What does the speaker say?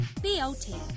BLT